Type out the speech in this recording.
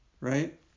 right